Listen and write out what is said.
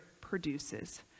produces